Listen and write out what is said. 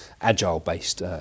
agile-based